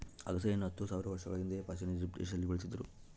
ಅಗಸೆಯನ್ನು ಹತ್ತು ಸಾವಿರ ವರ್ಷಗಳ ಹಿಂದೆಯೇ ಪ್ರಾಚೀನ ಈಜಿಪ್ಟ್ ದೇಶದಲ್ಲಿ ಬೆಳೀತಿದ್ರು